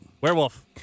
Werewolf